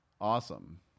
Awesome